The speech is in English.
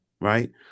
right